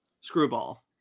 Screwball